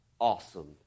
awesome